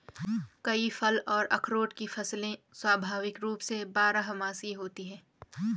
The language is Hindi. कई फल और अखरोट की फसलें स्वाभाविक रूप से बारहमासी होती हैं